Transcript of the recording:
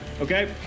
okay